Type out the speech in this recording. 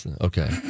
Okay